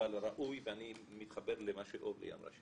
אבל אני מתחבר לדברי חברת הכנסת אורלי לוי אבקסיס,